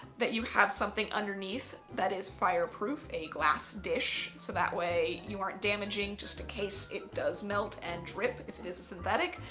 that you have something underneath that is fireproof, a glass dish. so that way you aren't damaging just in case it does melt and drip if it is a synthetic.